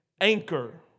anchor